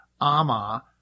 ama